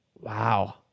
wow